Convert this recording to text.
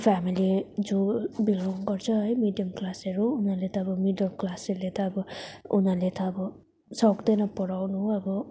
family जो belong गर्छ है मिडियम क्लासहरू उनीहरूले त मिडल क्लासहरूले त अब उनीहरूले त अब सक्दैन पढाउनु अब